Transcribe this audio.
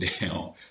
down